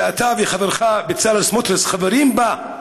שאתה וחברך בצלאל סמוטריץ חברים בה,